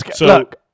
look